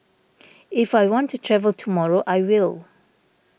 if I want to travel tomorrow I will